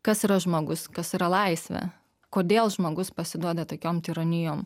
kas yra žmogus kas yra laisvė kodėl žmogus pasiduoda tokiom tironijom